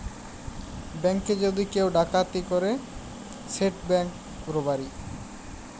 ব্যাংকে যদি কেউ যদি ডাকাতি ক্যরে সেট ব্যাংক রাবারি